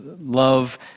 love